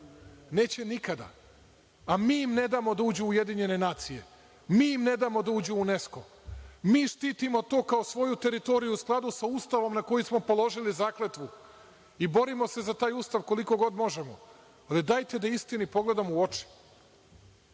Neće nikada, a mi im ne damo da uđu u UN. Mi im ne damo da uđu UNESKO. Mi štitimo to kao svoju teritoriju u skladu sa Ustavom na koji smo položili zakletvu i borimo se za taj Ustav koliko god možemo. Dajte da istini pogledamo u oči.